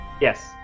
Yes